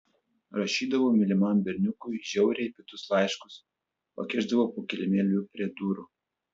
rašydavau mylimam berniukui žiauriai piktus laiškus pakišdavau po kilimėliu prie durų